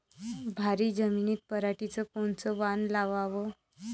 भारी जमिनीत पराटीचं कोनचं वान लावाव?